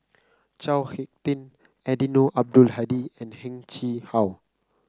Chao HicK Tin Eddino Abdul Hadi and Heng Chee How